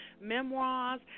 memoirs